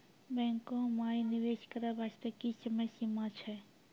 बैंको माई निवेश करे बास्ते की समय सीमा छै?